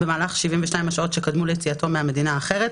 במהלך 72 השעות שקדמו ליציאתו מהמדינה האחרת,